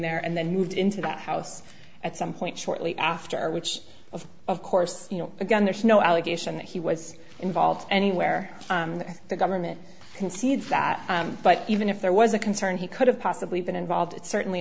there and then moved into that house at some point shortly after which of of course you know again there's no allegation that he was involved anywhere that the government concedes that but even if there was a concern he could have possibly been involved it's certainly